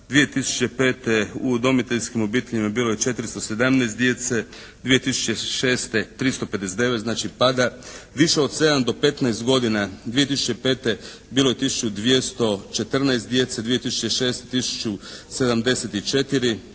2005. u udomiteljskim obiteljima bilo je 417 djece, 2006. 359, znači pada. Više od 7 do 15 godina 2005. bilo je tisuću 214 djece, 2006.